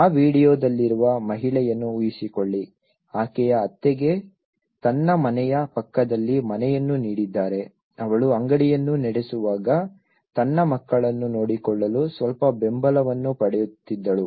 ಆ ವೀಡಿಯೋದಲ್ಲಿರುವ ಮಹಿಳೆಯನ್ನು ಊಹಿಸಿಕೊಳ್ಳಿ ಆಕೆಯ ಅತ್ತೆಗೆ ತನ್ನ ಮನೆಯ ಪಕ್ಕದಲ್ಲಿ ಮನೆಯನ್ನು ನೀಡಿದ್ದರೆ ಅವಳು ಅಂಗಡಿಯನ್ನು ನಡೆಸುವಾಗ ತನ್ನ ಮಕ್ಕಳನ್ನು ನೋಡಿಕೊಳ್ಳಲು ಸ್ವಲ್ಪ ಬೆಂಬಲವನ್ನು ಪಡೆಯುತ್ತಿದ್ದಳು